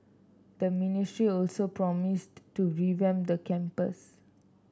the ministry also promised to revamp the campus